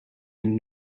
and